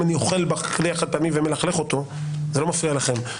אם אני אוכל בכלי החד פעמי ומלכלך אותו זה לא מפריע לכם יותר.